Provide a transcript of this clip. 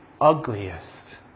ugliest